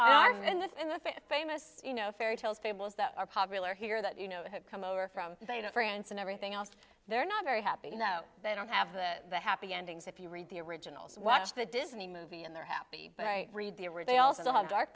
fifth famous you know fairy tales fables that are popular here that you know had come over from france and everything else they're not very happy you know they don't have the happy endings if you read the originals watch the disney movie and they're happy but i read there were they also have dark